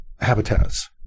habitats